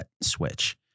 switch